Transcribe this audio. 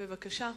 בבקשה.